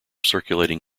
circulating